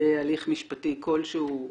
בהליך משפטי כלשהו,